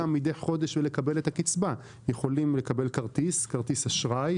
מדי חודש ולקבל את הקצבה אלא יכולים לקבל כרטיס אשראי,